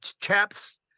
Chaps